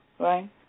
Right